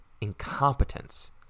incompetence